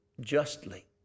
justly